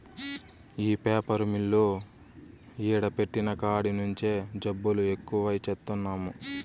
ఈ paper mill ఈడ పెట్టిన కాడి నుంచే జబ్బులు ఎక్కువై చత్తన్నాము